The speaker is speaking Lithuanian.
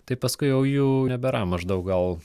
tai paskui jau jų nebėra maždaug gal